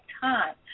time